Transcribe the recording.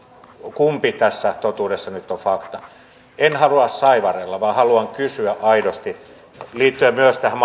kumpi tässä totuudessa nyt on fakta en halua saivarella vaan haluan kysyä aidosti liittyen myös tähän